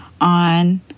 on